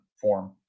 form